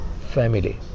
family